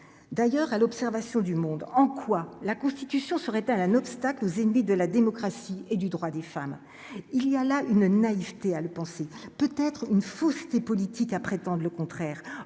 d'ailleurs à l'observation du monde, en quoi la constitution, ça aurait été un obstacle aux ennemis de la démocratie et du droit des femmes, il y a là une naïveté à le penser, peut être une fausse des politiques à prétendent le contraire,